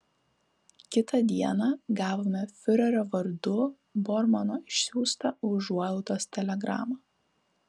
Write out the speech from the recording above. kitą dieną gavome fiurerio vardu bormano išsiųstą užuojautos telegramą